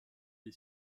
est